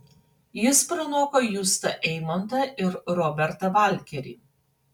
jis pranoko justą eimontą ir robertą valkerį